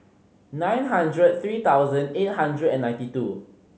nine hundred three thousand eight hundred and ninety two